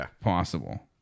possible